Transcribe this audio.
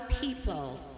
people